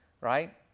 Right